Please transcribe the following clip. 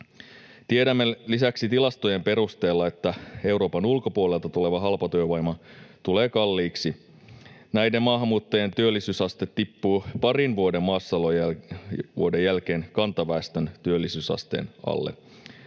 Tiedämme lisäksi tilastojen perusteella, että Euroopan ulkopuolelta tuleva halpatyövoima tulee kalliiksi. Näiden maahanmuuttajien työllisyysaste tippuu parin maassaolovuoden jälkeen kantaväestön työllisyysasteen alle.